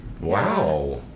wow